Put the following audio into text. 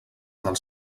dels